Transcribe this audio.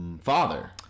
father